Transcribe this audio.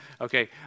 Okay